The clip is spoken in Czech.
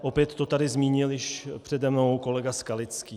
Opět to tady zmínil již přede mnou kolega Skalický.